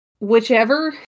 Whichever